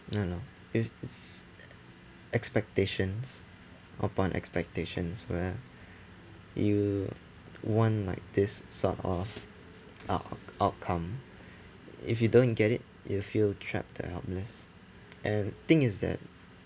I don't know if s~ expectations upon expectations where you want like this sort of ou~ outcome if you don't get it you feel trapped and helpless and the thing is that